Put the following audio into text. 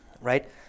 right